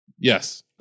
Yes